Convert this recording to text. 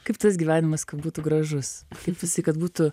kaip tas gyvenimas būtų gražus kaip visi kad būtų